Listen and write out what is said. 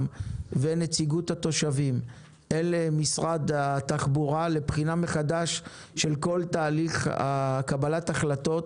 ונציגות התושבים למשרד התחבורה לבחינה מחדש של כל תהליך קבלת החלטות